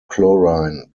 chlorine